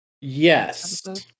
Yes